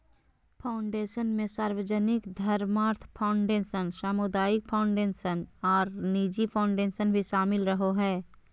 foundation मे सार्वजनिक धर्मार्थ फ़ाउंडेशन, सामुदायिक फ़ाउंडेशन आर निजी फ़ाउंडेशन भी शामिल रहो हय,